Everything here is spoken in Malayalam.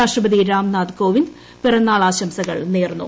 രാഷ്ട്രപതി രാംനാഥ്കോവിന്ദ് പിറന്നാൾ ആശംസകൾ നേർന്നു